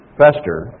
fester